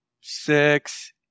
six